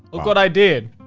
look what i did.